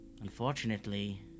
unfortunately